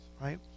right